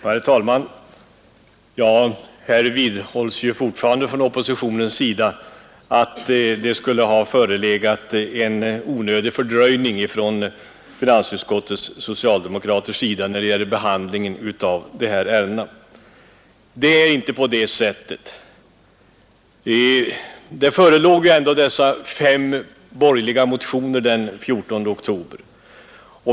Herr talman! Här vidhåller ju fortfarande oppositionen att det skulle ha förelegat en onödig fördröjning från finansutskottets socialdemokraters sida när det gäller behandlingen av dessa ärenden. Det förhåller sig inte på det sättet. Dessa fem borgerliga motioner förelåg den 14 oktober.